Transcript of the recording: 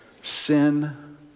sin